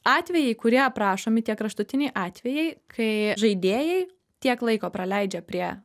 atvejai kurie aprašomi tie kraštutiniai atvejai kai žaidėjai tiek laiko praleidžia prie